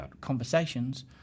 conversations